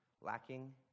lacking